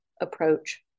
approach